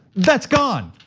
that's gone,